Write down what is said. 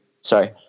Sorry